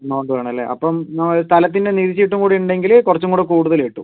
amount വേണം അല്ലെ അപ്പം സ്ഥലത്തിൻ്റെ നികുതി ചീട്ടും കൂടി ഉണ്ടെങ്കിൽ കുറച്ചും കൂടി കൂടുതൽ കിട്ടും